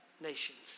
nations